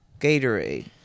Gatorade